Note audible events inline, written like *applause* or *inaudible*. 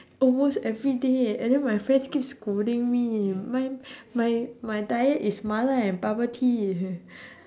almost everyday and then my friends keep scolding me my my my diet is mala and bubble tea *laughs*